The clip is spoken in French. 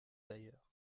d’ailleurs